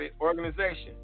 organization